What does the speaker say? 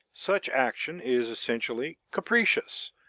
such action is essentially capricious,